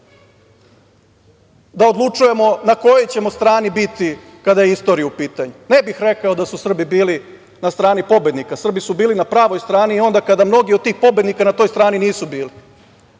da odlučujemo na kojoj ćemo strani biti kada je istorija u pitanju. Ne bih rekao da su Srbi bili na strani pobednika. Srbi su bili na pravoj strani i onda kada mnogi od tih pobednika na toj strani nisu bili.